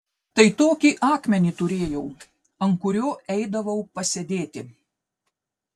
tai tokį akmenį turėjau ant kurio eidavau pasėdėti